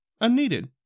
unneeded